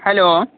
hello